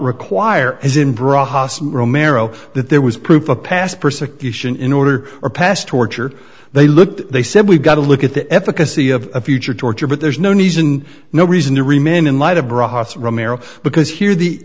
require as in bras and romero that there was proof of past persecution in order or past torture they looked they said we've got to look at the efficacy of future torture but there's no knees and no reason to remain in light of bras romero because here the